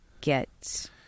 get